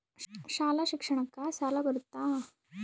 ಶಾಲಾ ಶಿಕ್ಷಣಕ್ಕ ಸಾಲ ಬರುತ್ತಾ?